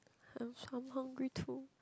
I'm so hungry too